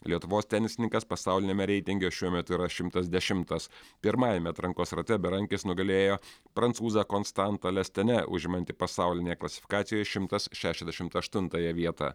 lietuvos tenisininkas pasauliniame reitinge šiuo metu yra šimtas dešimtas pirmajame atrankos rate berankis nugalėjo prancūzą konstantą lestane užimantį pasaulinėje klasifikacijoj šimtas šešiasdešimt aštuntąją vietą